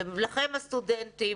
לכם הסטודנטים,